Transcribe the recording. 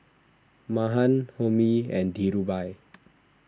Mahan Homi and Dhirubhai